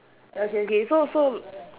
okay okay so so